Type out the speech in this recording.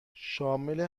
شامل